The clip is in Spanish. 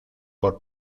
por